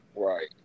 Right